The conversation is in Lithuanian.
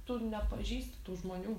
tu nepažįsti tų žmonių